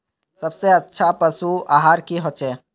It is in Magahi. सबसे अच्छा पशु आहार की होचए?